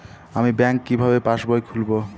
আমি ব্যাঙ্ক কিভাবে পাশবই খুলব?